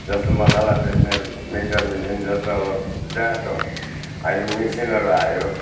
जस्तो मसाला पिस्ने मिक्चर मिसिन जस्तो अब जाँतो अहिले मिसिनहरू आयो